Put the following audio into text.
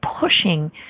pushing